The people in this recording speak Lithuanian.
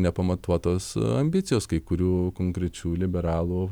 nepamatuotos ambicijos kai kurių konkrečių liberalų